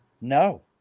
No